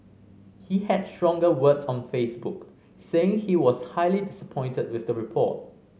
he had stronger words on Facebook saying he was highly disappointed with the report